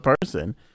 person